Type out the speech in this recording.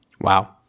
Wow